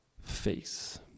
face